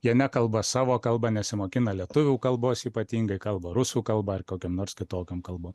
jie nekalba savo kalba nesimokina lietuvių kalbos ypatingai kalba rusų kalba ar kokiom nors kitokiom kalbom